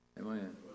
Amen